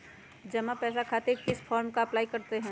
पैसा जमा खातिर किस फॉर्म का अप्लाई करते हैं?